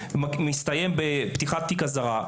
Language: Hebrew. מסתיים בפתיחת תיק אזהרה,